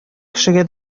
кешегә